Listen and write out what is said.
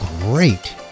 great